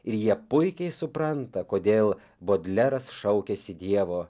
ir jie puikiai supranta kodėl bodleras šaukėsi dievo